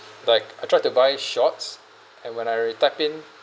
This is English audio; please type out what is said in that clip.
like I try to buy shorts and when I retype in